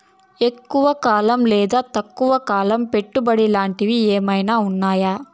ఎక్కువగా కాలం లేదా తక్కువ కాలం పెట్టుబడి లాంటిది ఏమన్నా ఉందా